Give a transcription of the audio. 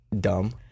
dumb